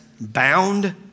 bound